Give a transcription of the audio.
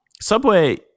Subway